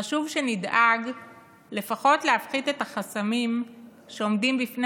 חשוב שנדאג לפחות להפחית את החסמים שעומדים בפני